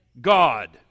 God